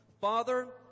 Father